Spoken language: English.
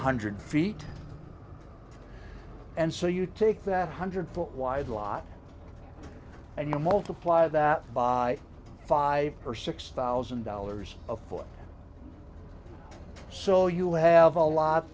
hundred feet and so you take that hundred foot wide lot and you multiply that by five or six thousand dollars a foot so you have a lot